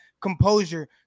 composure